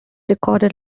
recorded